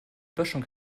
böschung